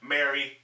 Mary